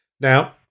Now